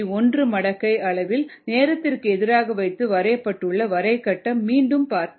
1 மடக்கை அளவில் நேரத்திற்கு எதிராக வைத்து வரையப்பட்டுள்ள வரை கட்டம் மீண்டும் பார்ப்போம்